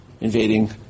invading